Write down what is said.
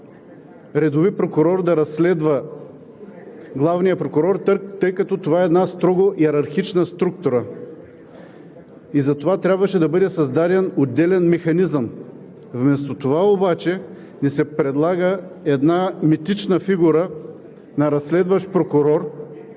редови прокурор да разследва главния прокурор, тъй като това е една строго йерархична структура и затова трябваше да бъде създаден отделен механизъм. Вместо това обаче ни се предлага една митична фигура на разследващ прокурор,